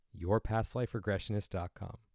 yourpastliferegressionist.com